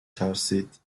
ترسید